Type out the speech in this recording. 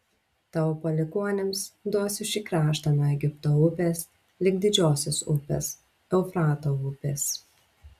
tavo palikuonims duosiu šį kraštą nuo egipto upės lig didžiosios upės eufrato upės